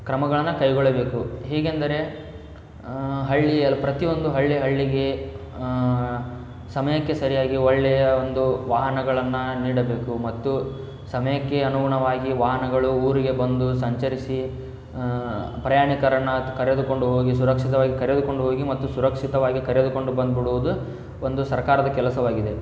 ಕ್ರಮಗಳನ್ನು ಕೈಗೊಳ್ಳಬೇಕು ಹೇಗೆಂದರೆ ಹಳ್ಳಿಯ ಪ್ರತಿಯೊಂದು ಹಳ್ಳಿ ಹಳ್ಳಿಗೆ ಸಮಯಕ್ಕೆ ಸರಿಯಾಗಿ ಒಳ್ಳೆಯ ಒಂದು ವಾಹನಗಳನ್ನು ನೀಡಬೇಕು ಮತ್ತು ಸಮಯಕ್ಕೆ ಅನುಗುಣವಾಗಿ ವಾಹನಗಳು ಊರಿಗೆ ಬಂದು ಸಂಚರಿಸಿ ಪ್ರಯಾಣಿಕರನ್ನು ಕರೆದುಕೊಂಡು ಹೋಗಿ ಸುರಕ್ಷಿತವಾಗಿ ಕರೆದುಕೊಂಡು ಹೋಗಿ ಮತ್ತು ಸುರಕ್ಷಿತವಾಗಿ ಕರೆದುಕೊಂಡು ಬಂದ್ಬಿಡುವುದು ಒಂದು ಸರ್ಕಾರದ ಕೆಲಸವಾಗಿದೆ